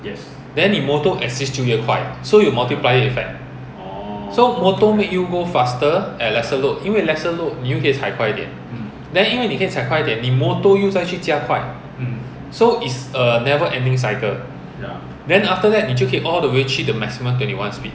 then 你 motor assist 就越快 so 有 multiplier effect so motor make you go faster and less load 因为 lesser load 你又可以踩快一点 then 因为你可以踩快一点你 motor 又在去加快 so it's a never ending cycle then after that 你就可以 all the way 去 to maximum twenty one speed